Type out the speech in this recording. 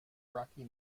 rocky